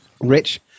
Rich